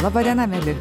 laba diena mieli